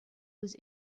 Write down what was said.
was